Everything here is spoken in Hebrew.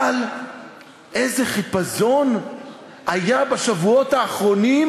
אבל איזה חיפזון היה בשבועות האחרונים